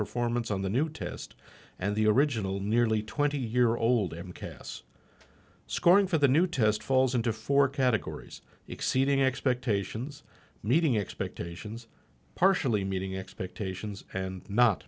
performance on the new test and the original nearly twenty year old m k s scoring for the new test falls into four categories exceeding expectations meeting expectations partially meeting expectations and not